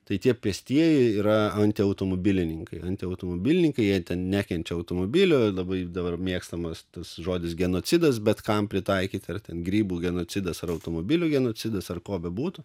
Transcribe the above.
tai tie pėstieji yra antiautomobilininkai antiautomobilininkai jie nekenčia automobilio labai dabar mėgstamas tas žodis genocidas bet kam pritaikyti ar ten grybų genocidas ar automobilių genocidas ar ko bebūtų